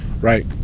right